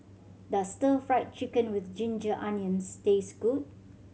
does Stir Fried Chicken With Ginger Onions taste good